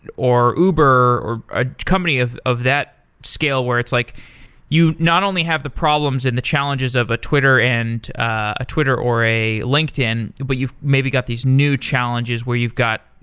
or uber, or a company of of that scale where it's like you not only have the problems and the challenges of a twitter and ah twitter or a linkedin, but you maybe got these new challenges where you've got